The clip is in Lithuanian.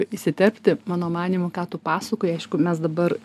įsiterpti mano manymu ką tu pasakoji aišku mes dabar